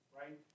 right